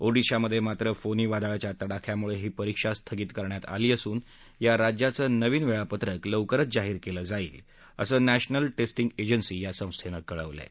ओडिशामध्ये मात्र फोनी वादळाच्या तडाख्यामुळे ही परीक्षा स्थगित करण्यात आली असून या राज्याचं नवीन वेळापत्रक लवकरच जाहीर केलं जाईल असं नॅशनल टेस्टिंग एजन्सी या संस्थेनं कळवलं आहे